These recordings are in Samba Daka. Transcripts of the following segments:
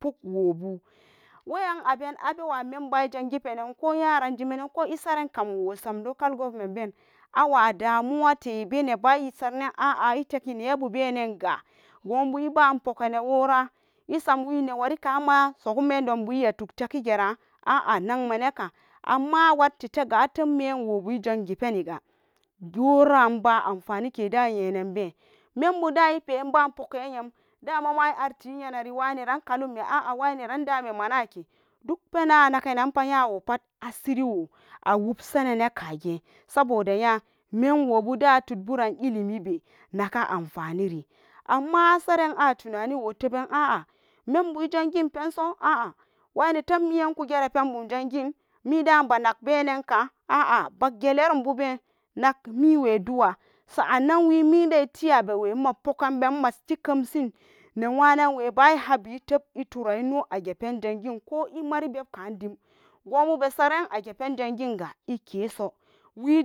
Pakwobu weyan aben abewa memban ijangi penan ko yaran jimanan ko saran kamwo sam local government ben, awa damuwa tebo neba isarenen a'a iteki nebubenen ga gobu iba pogene wora isam wi newari kama sogon mendenbu iya tug tegi gera neka, amma awatti tega ateb menwobu dangi peniga wora anba anofanike yenanbe, membuda ipeban pogen yem damama karti ige nariwa neran kalamme a'a neran dame manake duk penam anagenam pat nyawo pat asiriwo awubsanene kage saboda nya menwobuden atudburan ilimi be naka anfa niri, amma asaren atunaniwo toben a'a membu dangin penso a'a waine tumbiyan ku gera pen bum jangin mida banag benanka a'a bagge lerumbube nakmiwe duwa sa'ana wi miden itiyabewa mayokanben matikem, sin newanenweba ihabi iteb itara mo agepen jangin kuma ko imari beb kadim gobube sarana n agepen janginga ikeso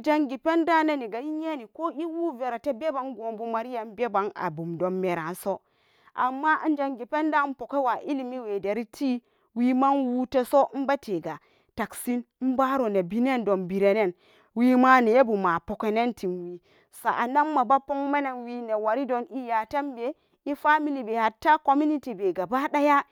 dangi pendaneniga iyeni ko iwuverate beban gwobu mariyan beban abumdon meraso, amma ijangi penda ipogewa ilimiwe doreti wiman wuteso ibete ga tagsin inbaro nebinandon birinen wima nebuma pogenen timwi sa'anan maba pogmenen winewaridon iyatembe ifamilybe hatta community be gabaɗaya.